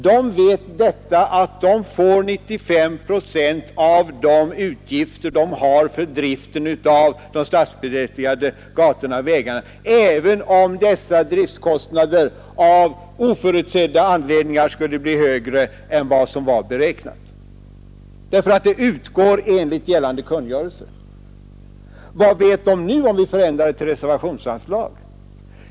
De vet att de får 95 procent av de utgifter de har för driften av de statsbidragsberättigade gatorna och vägarna, även om dessa driftkostnader av oförutsedda anledningar skulle bli högre än vad som är beräknat. Bidragen utgår nämligen enligt gällande kungörelse. Men vad skulle de veta, om vi förändrade anslaget till ett reservationsanslag?